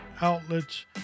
outlets